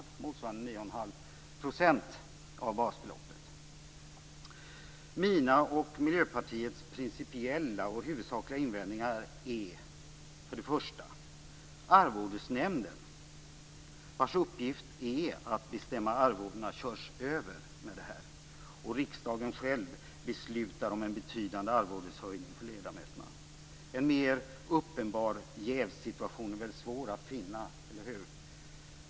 Det motsvarar 9 1⁄2 % Mina och Miljöpartiets principiella och huvudsakliga invändningar är för det första att Arvodesnämnden, vars uppgift är att bestämma arvodena, körs över med det här förslaget. Riksdagen beslutar själv om en betydande arvodeshöjning för ledamöterna.